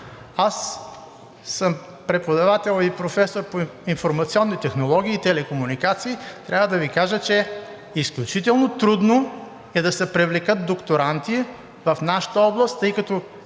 Аз съм преподавател и професор по информационни технологии и телекомуникации и трябва да Ви кажа, че изключително трудно е да се привлекат докторанти в нашата област, тъй като